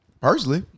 personally